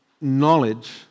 knowledge